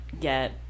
get